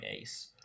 Ace